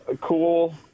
cool